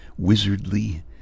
wizardly